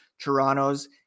Toronto's